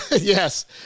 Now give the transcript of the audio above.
Yes